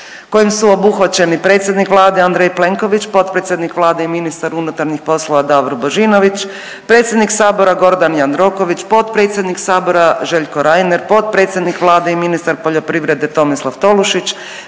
kojim su obuhvaćeni predsjednik Vlade Andrej Plenković, potpredsjednik Vlade i ministar unutarnjih poslova Davor Božinović, predsjednik sabora Gordan Jandroković, potpredsjednik sabora Željko Reiner, potpredsjednik Vlade i ministar poljoprivrede Tomislav Tolušić,